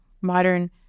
modern